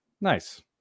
nice